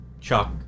Chuck